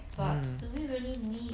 mm